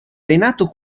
renato